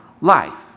life